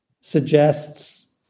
suggests